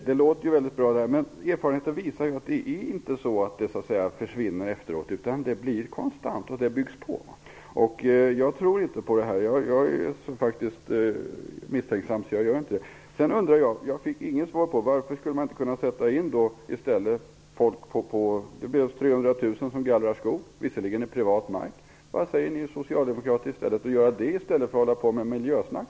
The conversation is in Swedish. Herr talman! Det låter mycket bra. Men erfarenheten visar att det inte är så att detta försvinner efteråt. Det blir konstant, och det byggs på. Jag tror inte på det här. Jag är så misstänksam att jag inte gör det. Sedan undrar jag, för jag fick inget svar på den frågan: Varför skulle man inte i stället kunna sätta in folk på skogsgallring? Det behövs 300 000 som gallrar skog. Visserligen gäller det privat mark. Men vad säger ni socialdemokrater om att göra det, i stället för att hålla på med miljösnack?